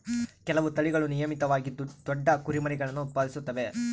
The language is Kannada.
ಕೆಲವು ತಳಿಗಳು ನಿಯಮಿತವಾಗಿ ದೊಡ್ಡ ಕುರಿಮರಿಗುಳ್ನ ಉತ್ಪಾದಿಸುತ್ತವೆ